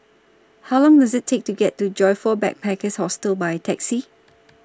How Long Does IT Take to get to Joyfor Backpackers' Hostel By Taxi